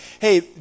hey